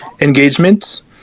engagements